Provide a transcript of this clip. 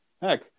heck